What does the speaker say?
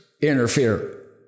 interfere